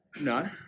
No